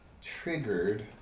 triggered